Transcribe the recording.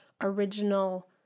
original